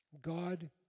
God